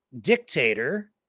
dictator